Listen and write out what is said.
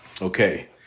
okay